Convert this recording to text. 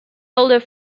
older